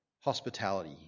hospitality